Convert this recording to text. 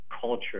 culture